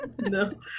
No